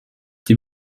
die